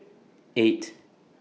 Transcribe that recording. eight